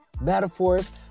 metaphors